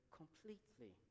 completely